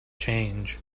change